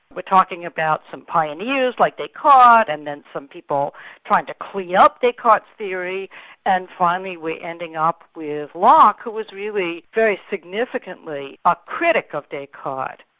we're talking about some pioneers like descartes and then some people trying to clean up descartes' theory and finally we're ending up with locke, who really very significantly a critic of descartes.